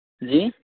جی